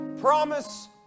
promise